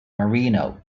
marino